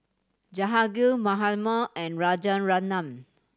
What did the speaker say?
Jehangirr Mahatma and Rajaratnam